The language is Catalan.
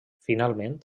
finalment